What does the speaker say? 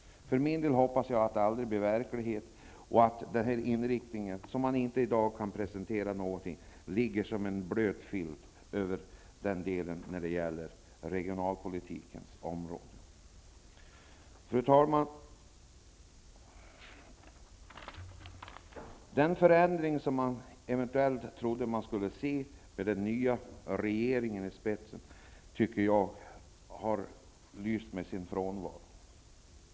För min del hoppas jag att det aldrig blir verkliget. Den inriktning som man i dag inte kan presentera någonting om ligger som en blöt filt över den delen av regionalpolitiken. Fru talman! Den förändring som man eventuellt trodde att man skulle se med den nya regeringen i spetsen tycker jag har lyst med sin frånvaro.